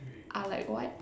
I like what